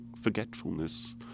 forgetfulness